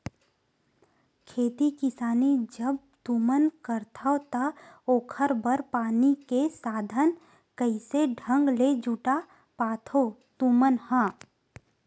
खेती किसानी जब तुमन करथव त ओखर बर पानी के साधन कइसे ढंग ले जुटा पाथो तुमन ह?